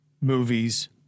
movies